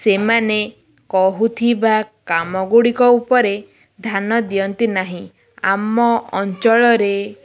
ସେମାନେ କହୁଥିବା କାମ ଗୁଡ଼ିକ ଉପରେ ଧ୍ୟାନ ଦିଅନ୍ତି ନାହିଁ ଆମ ଅଞ୍ଚଳରେ